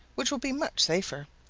which will be much safer.